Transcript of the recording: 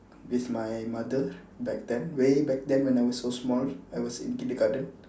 with my mother back then way back then when I was so small I was in kindergarten